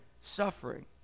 suffering